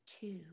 Two